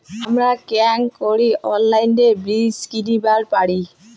হামরা কেঙকরি অনলাইনে বীজ কিনিবার পারি?